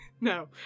No